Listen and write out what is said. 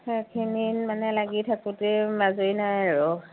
সেইখিনিত মানে লাগি থাকোঁতে আজৰি নাই আৰু